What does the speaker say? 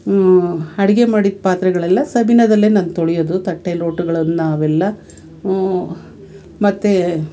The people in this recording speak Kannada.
ಅಡುಗೆ ಮಾಡಿದ ಪಾತ್ರೆಗಳೆಲ್ಲ ಸಬೀನದಲ್ಲೆ ನಾನು ತೊಳೆಯೋದು ತಟ್ಟೆ ಲೋಟಗಳನ್ನ ಅವೆಲ್ಲ ಮತ್ತೇ